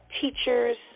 teachers